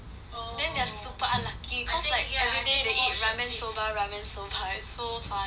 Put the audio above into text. then they're super unlucky cause like you are there to eat ramen soba ramen soba right so funny